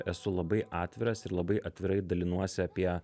esu labai atviras ir labai atvirai dalinuosi apie